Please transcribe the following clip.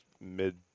mid